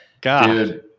God